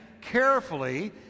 carefully